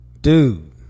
Dude